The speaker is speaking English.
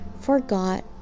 forgot